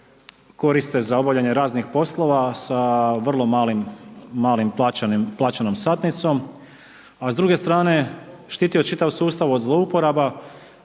koriste za obavljanje raznih poslova, sa vrlo malom plaćenom satnicom, a s druge strane štiti čitav sustav od zlouporaba,